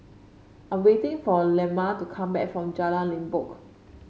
I'm waiting for Lemma to come back from Jalan Limbok